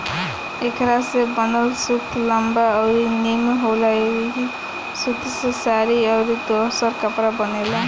एकरा से बनल सूत लंबा अउरी निमन होला ऐही सूत से साड़ी अउरी दोसर कपड़ा बनेला